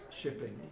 shipping